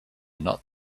not